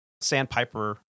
sandpiper